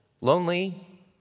lonely